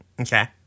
okay